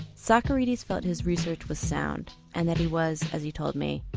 socarides felt his research was sound and that he was, as he told me,